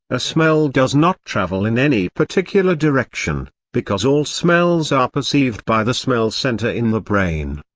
a smell does not travel in any particular direction, because all smells are perceived by the smell center in the brain.